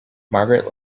margaret